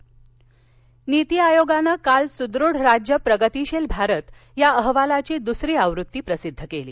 नीती आयोग नीती आयोगानं काल सुदृढ राज्यं प्रगतीशील भारत या अहवालाची दुसरी आवृत्ती प्रसिद्ध केली